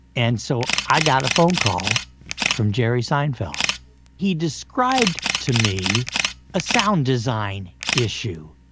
and so, i got a phone call from jerry seinfeld he described to me a sound design issue.